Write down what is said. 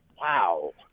wow